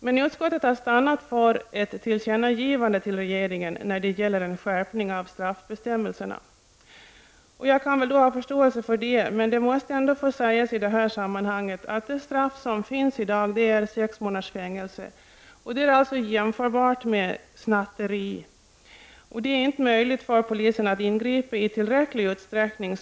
Men utskottet har stannat för ett tillkännagivande till regeringen när det gäller en skärpning av straffbestämmelserna. Jag kan ha förståelse för detta, men det måste ändå få sägas i det här sammanhanget att det straff som finns i dag, högst sex månaders fängelse, är jämförbart med straffet för snatteri. Det är för närvarande inte möjligt för polisen att ingripa i tillräcklig utsträckning.